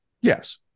Yes